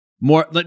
more